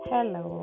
Hello